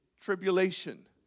tribulation